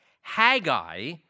Haggai